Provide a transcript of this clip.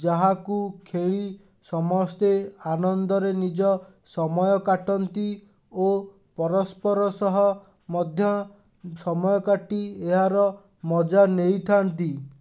ଯାହାକୁ ଖେଳି ସମସ୍ତେ ଆନନ୍ଦରେ ନିଜ ସମୟ କାଟନ୍ତି ଓ ପରସ୍ପର ସହ ମଧ୍ୟ ସମୟ କାଟି ଏହାର ମଜା ନେଇଥାନ୍ତି